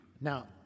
Now